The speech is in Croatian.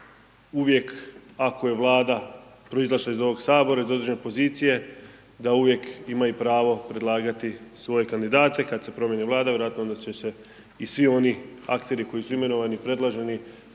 uvijek, ako je Vlada proizašla iz ovog Sabora, iz određene pozicije, da uvijek ima i pravo predlagati svoje kandidate, kad se promijeni Vlada vjerojatno onda će se i svi oni akteri koji su imenovani i predloženi